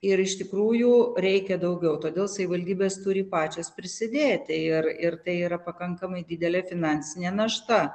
ir iš tikrųjų reikia daugiau todėl savivaldybės turi pačios prisidėti ir ir tai yra pakankamai didelė finansinė našta